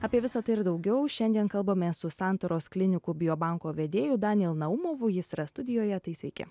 apie visą tai ir daugiau šiandien kalbamės su santaros klinikų bio banko vedėju daniel naumovu jis yra studijoje tai sveiki